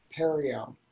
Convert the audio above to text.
perio